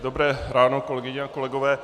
Dobré ráno, kolegyně a kolegové.